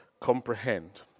comprehend